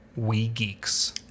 WeGeeks